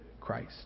Christ